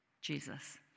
Jesus